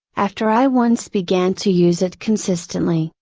after i once began to use it consistently,